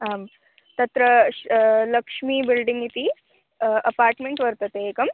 आं तत्र श् लक्ष्मी बिल्डिङ्ग् इति अपार्ट्मेण्ट् वर्तते एकम्